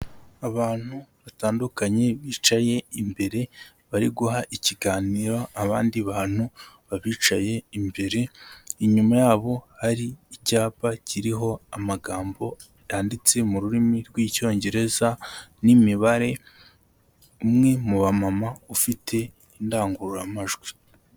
Abantu batandukanye bicaye imbere, bari guha ikiganiro abandi bantu babicaye imbere, inyuma yabo ari icyapa kiriho amagambo yanditse mu rurimi rw'Icyongereza n'imibare, umwe mu bamama ufite indangururamajwi.